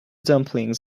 dumplings